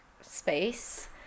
space